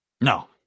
No